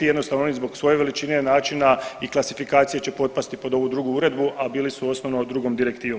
Jednostavno oni zbog svoje veličine, načine i klasifikacije će potpasti pod ovu drugu uredbu, a bili su osnovno drugom direktivom.